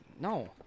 No